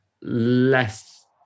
less